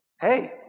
Hey